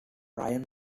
ryan